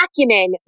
acumen